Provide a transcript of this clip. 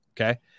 okay